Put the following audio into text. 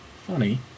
funny